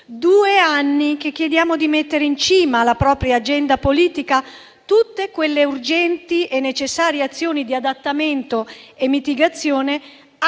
due anni chiediamo di mettere in cima alla propria agenda politica tutte quelle urgenti e necessarie azioni di adattamento e mitigazione atte